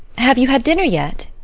have you had dinner yet?